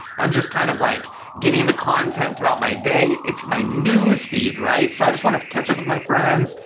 i'm just kind of like getting the content throughout my day. it's my newsfeed, right? so i just wanna catch up with my friends,